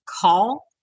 call